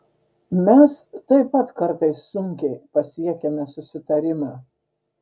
mes taip pat kartais sunkiai pasiekiame susitarimą